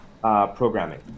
programming